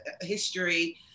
history